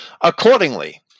Accordingly